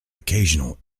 occasional